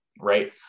right